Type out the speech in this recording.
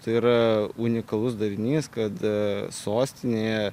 tai yra unikalus darinys kad sostinėje